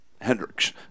Hendricks